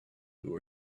who